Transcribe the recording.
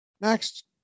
next